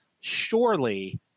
surely